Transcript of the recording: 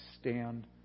stand